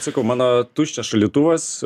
sakau mano tuščias šaldytuvas